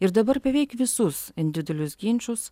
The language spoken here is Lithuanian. ir dabar beveik visus individualius ginčus